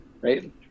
right